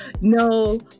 no